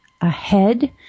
ahead